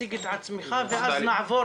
תציג את עצמך ואז נעבור